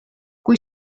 kui